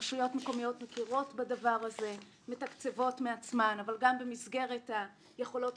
רשויות מקומיות מכירות בדבר זה ומתקצבות מעצמן אבל גם במסגרת היכולות